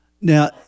Now